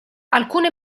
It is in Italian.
alcune